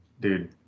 dude